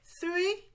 three